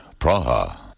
Praha